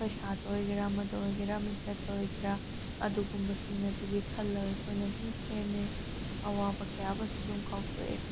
ꯄꯩꯁꯥꯗ ꯑꯣꯏꯒꯦꯔ ꯑꯃꯗ ꯑꯣꯏꯒꯦꯔ ꯃꯤꯡꯆꯠꯇ ꯑꯣꯏꯒꯦꯔ ꯑꯗꯨꯒꯨꯝꯕꯁꯤꯡ ꯑꯗꯨꯒꯤ ꯈꯜꯂ ꯑꯩꯈꯣꯏꯅ ꯑꯗꯨꯝ ꯁꯦꯝꯃꯦ ꯑꯋꯥꯕ ꯀꯌꯥ ꯑꯃꯁꯨ ꯑꯗꯨꯝ ꯀꯥꯎꯊꯣꯛꯑꯦ